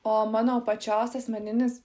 o mano pačios asmeninis